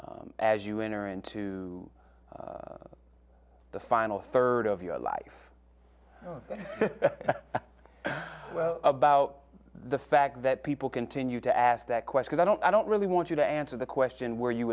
as you enter into the final third of your life well about the fact that people continue to ask that question i don't i don't really want you to answer the question were you